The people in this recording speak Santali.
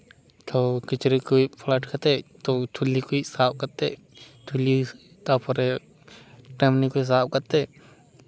ᱛᱚ ᱠᱤᱪᱨᱤᱡ ᱠᱚ ᱯᱟᱞᱟᱴ ᱠᱟᱛᱮ ᱛᱚ ᱛᱷᱩᱞᱤ ᱠᱩᱡ ᱥᱟᱵ ᱠᱟᱛᱮ ᱛᱷᱩᱞᱤ ᱛᱟᱨᱯᱚᱨᱮ ᱴᱟᱝᱱᱤ ᱠᱚ ᱥᱟᱵ ᱠᱟᱛᱮ